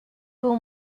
pour